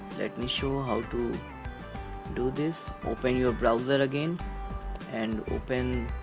let me show how to do this open your browser again and open